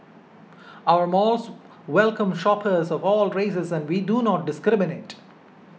our malls welcome shoppers of all races and we do not discriminate